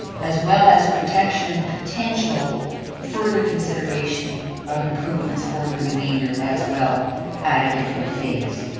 as well as protection and potential further consideration of improvements for the remainder as well at a different phase.